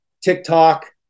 TikTok